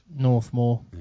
Northmore